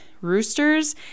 roosters